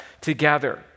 together